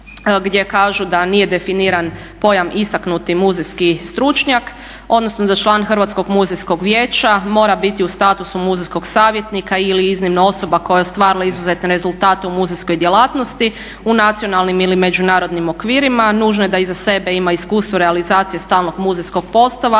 40.gdje kažu da nije definira pojam istaknuti muzejski stručnjak, odnosno da član Hrvatskog muzejskog vijeća mora biti u statusu muzejskog savjetnika ili iznimno osoba koja je ostvarila izuzetne rezultate u muzejskoj djelatnosti, u nacionalnim ili međunarodnim okvirima, nužno da je da iza sebe ima iskustvo realizacije stalnog muzejskog postava